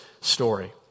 story